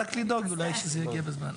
רק לדאוג אולי שזה יגיע בזמן.